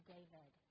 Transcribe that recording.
David